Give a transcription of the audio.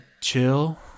chill